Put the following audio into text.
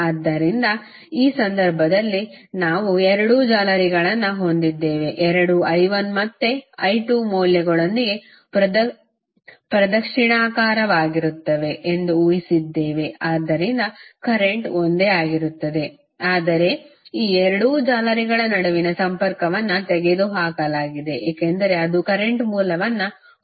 ಆದ್ದರಿಂದ ಈ ಸಂದರ್ಭದಲ್ಲಿ ನಾವು ಎರಡು ಜಾಲರಿಗಳನ್ನು ಹೊಂದಿದ್ದೇವೆ ಎರಡೂ i1 ಮತ್ತು i2 ಮೌಲ್ಯಗಳೊಂದಿಗೆ ಪ್ರದಕ್ಷಿಣಾಕಾರವಾಗಿರುತ್ತವೆ ಎಂದು ಊಹಿಸಿದ್ದೇವೆ ಆದ್ದರಿಂದ ಕರೆಂಟ್ ಒಂದೇ ಆಗಿರುತ್ತದೆ ಆದರೆ ಈ ಎರಡು ಜಾಲರಿಗಳ ನಡುವಿನ ಸಂಪರ್ಕವನ್ನು ತೆಗೆದುಹಾಕಲಾಗಿದೆ ಏಕೆಂದರೆ ಅದು ಕರೆಂಟ್ ಮೂಲವನ್ನು ಹೊಂದಿದೆ